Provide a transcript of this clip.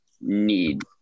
need